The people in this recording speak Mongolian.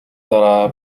дараа